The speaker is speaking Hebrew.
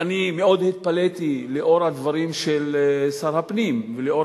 שהתפלאתי מאוד על הדברים של שר הפנים במענה